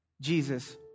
Jesus